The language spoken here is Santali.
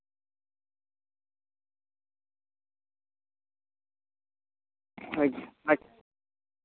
ᱟᱪᱪᱷᱟ